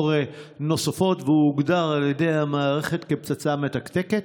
נוספות והוא הוגדר על ידי המערכת כפצצה מתקתקת.